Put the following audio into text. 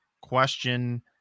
question